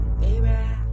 baby